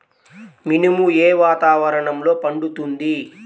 మినుము ఏ వాతావరణంలో పండుతుంది?